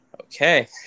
Okay